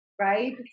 right